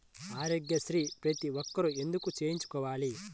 ఆరోగ్యశ్రీ ప్రతి ఒక్కరూ ఎందుకు చేయించుకోవాలి?